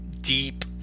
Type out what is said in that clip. deep